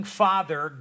father